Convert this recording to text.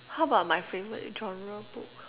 how about my favorite genre book